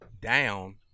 down